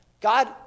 God